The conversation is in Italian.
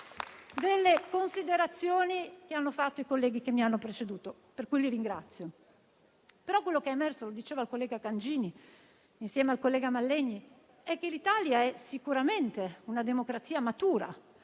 delle considerazioni fatte, appunto, dai colleghi che mi hanno preceduto, per le quali li ringrazio. Quello che è emerso, come diceva il collega Cangini insieme al collega Mallegni, è che l'Italia è sicuramente una democrazia matura,